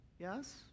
Yes